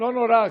לא נורא,